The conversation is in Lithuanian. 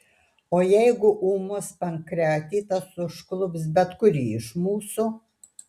o jeigu ūmus pankreatitas užklups bet kurį iš mūsų